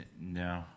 No